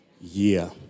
year